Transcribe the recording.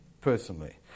personally